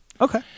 Okay